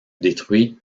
détruit